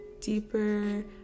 deeper